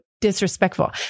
disrespectful